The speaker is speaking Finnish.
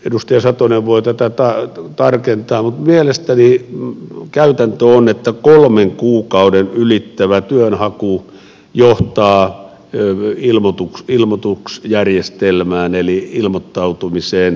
edustaja satonen voi tätä tarkentaa mutta mielestäni käytäntö on että kolmen kuukauden ylittävä työnhaku johtaa ilmoitusjärjestelmään eli ilmoittautumiseen ja rekisteröintiin